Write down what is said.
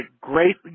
great